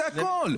זה הכול.